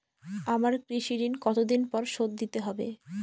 আমার কৃষিঋণ কতদিন পরে শোধ দিতে হবে?